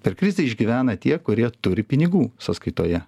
per krizę išgyvena tie kurie turi pinigų sąskaitoje